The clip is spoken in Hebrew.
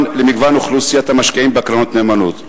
אוכלוסיית המשקיעים בקרנות נאמנות.